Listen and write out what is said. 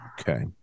Okay